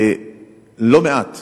ולא מעט